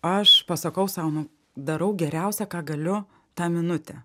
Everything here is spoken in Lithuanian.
aš pasakau sau nu darau geriausia ką galiu tą minutę